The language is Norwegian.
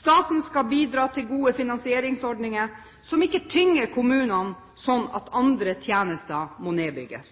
Staten skal bidra til gode finansieringsordninger som ikke tynger kommunene slik at andre tjenester må nedbygges.